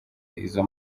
izo